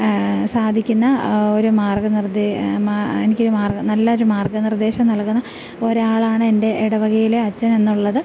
സാധിക്കുന്ന ഒരു മാർഗ്ഗ നിർദ്ദേശം എനിക്ക് ഒരു മാർഗ്ഗം നല്ല ഒരു മാർഗ്ഗനിർദ്ദേശം നൽകുന്ന ഒരാളാണ് എൻ്റെ ഇടവകയിലെ അച്ഛനെന്നുള്ളത്